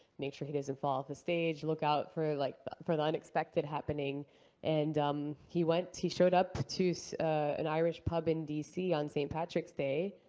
make sure he doesn't fall off the stage. look out for like for the unexpected happening and um he went he showed up to so an irish pub in d c. on st. patrick's day,